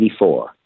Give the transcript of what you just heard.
1984